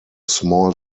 small